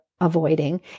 avoiding